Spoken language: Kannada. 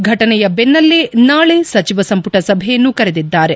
ಫಟನೆಯ ದೆನ್ನಲ್ಲೇ ನಾಳೆ ಸಚಿವ ಸಂಪುಟ ಸಭೆಯನ್ನು ಕರೆದಿದ್ದಾರೆ